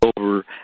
over